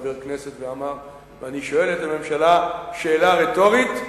חבר כנסת ואמר: ואני שואל את הממשלה שאלה רטורית,